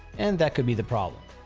and that could be the problem.